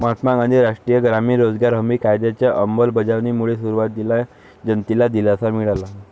महात्मा गांधी राष्ट्रीय ग्रामीण रोजगार हमी कायद्याच्या अंमलबजावणीमुळे सुरुवातीला जनतेला दिलासा मिळाला